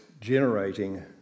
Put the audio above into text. generating